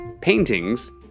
paintings